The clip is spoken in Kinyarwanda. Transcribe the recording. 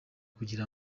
kugira